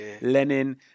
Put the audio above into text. Lenin